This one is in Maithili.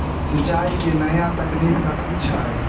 सिंचाई केँ नया तकनीक कथी छै?